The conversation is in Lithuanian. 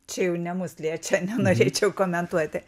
čia jau ne mus liečia nenorėčiau komentuoti